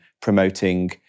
promoting